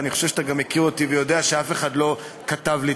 ואני חושב שאתה מכיר אותי ושאתה יודע שאף אחד לא כתב לי